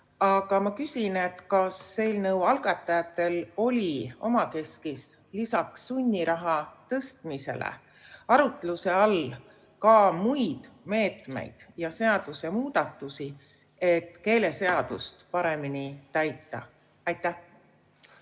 Aga ma küsin, kas eelnõu algatajatel oli omakeskis lisaks sunniraha tõstmisele arutluse all ka muid meetmeid ja seadusemuudatusi, et keeleseadust paremini täita.